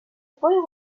boy